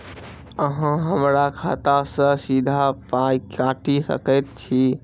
अहॉ हमरा खाता सअ सीधा पाय काटि सकैत छी?